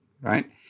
right